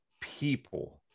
people